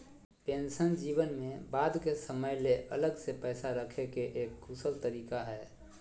pension जीवन में बाद के समय ले अलग से पैसा रखे के एक कुशल तरीका हय